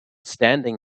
standing